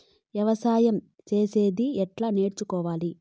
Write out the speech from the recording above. వ్యవసాయం చేసేది ఎట్లా నేర్చుకోవాలి?